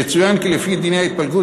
יצוין כי לפי דיני ההתפלגות,